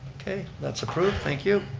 okay, that's approved, thank you.